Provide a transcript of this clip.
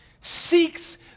seeks